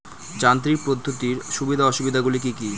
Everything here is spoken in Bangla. যান্ত্রিক পদ্ধতির সুবিধা ও অসুবিধা গুলি কি কি?